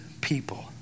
people